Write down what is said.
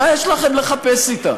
מה יש לכם לחפש אתה?